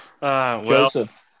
Joseph